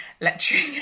lecturing